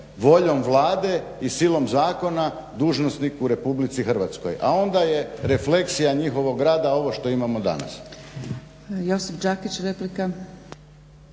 voljom Vlade i silom zakona dužnosnik u RH. A onda je refleksija njihovog rada ovo što imamo danas.